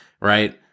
right